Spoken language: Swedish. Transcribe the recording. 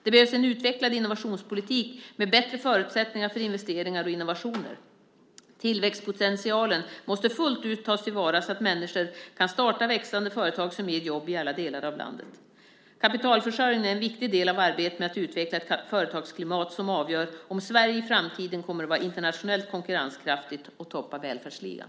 Det behövs en utvecklad innovationspolitik med bättre förutsättningar för investeringar och innovationer. Tillväxtpotentialen måste fullt ut tas till vara så att människor kan starta växande företag som ger jobb i alla delar av landet. Kapitalförsörjningen är en viktig del av arbetet med att utveckla ett företagsklimat som avgör om Sverige i framtiden kommer att vara internationellt konkurrenskraftigt och toppa välfärdsligan.